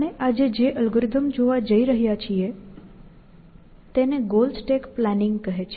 આપણે આજે જે અલ્ગોરિધમ જોવા જઈ રહ્યા છીએ તેને ગોલ સ્ટેક પ્લાનિંગ કહે છે